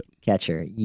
Catcher